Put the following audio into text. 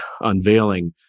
unveiling